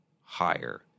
higher